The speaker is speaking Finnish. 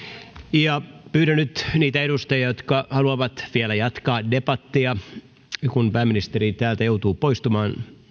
pyydän nyt niitä edustajia jotka haluavat vielä jatkaa debattia senkin jälkeen kun pääministeri täältä joutuu poistumaan